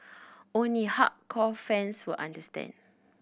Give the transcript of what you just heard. only hardcore fans will understand